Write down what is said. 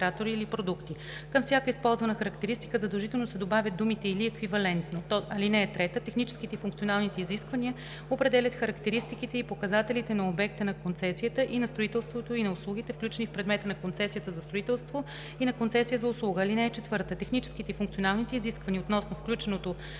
Към всяка използвана характеристика задължително се добавят думите „или еквивалентно“. (3) Техническите и функционалните изисквания определят характеристиките и показателите на обекта на концесията и на строителството и на услугите, включени в предмета на концесия за строителство и на концесия за услуга. (4) Техническите и функционалните изисквания относно включеното